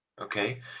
okay